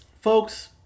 folks